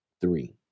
three